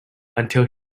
until